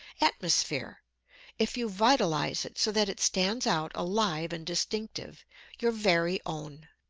atmosphere if you vitalize it so that it stands out alive and distinctive your very own.